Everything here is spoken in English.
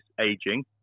aging